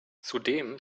zudem